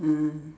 ah